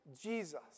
Jesus